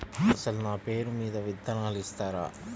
అసలు నా పేరు మీద విత్తనాలు ఇస్తారా?